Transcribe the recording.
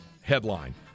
headline